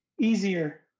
easier